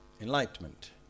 enlightenment